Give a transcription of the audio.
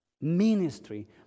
ministry